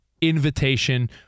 invitation